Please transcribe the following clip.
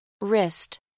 Wrist